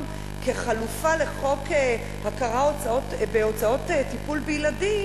כחלופה לחוק הכרה בהוצאות טיפול בילדים,